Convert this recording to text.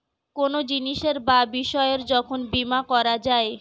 কোনো জিনিসের বা বিষয়ের যখন বীমা করা যায়